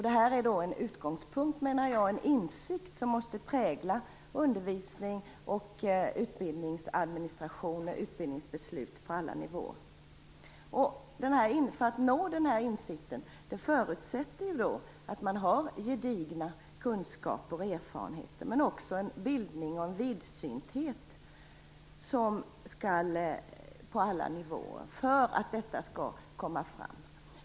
Detta är en utgångspunkt och en insikt som måste prägla undervisning, utbildningsadministration och utbildningsbeslut på alla nivåer. För att nå denna insikt förutsätts det att man har gedigna kunskaper och erfarenheter, men det krävs också en bildning och en vidsynthet på alla nivåer för att detta skall komma fram.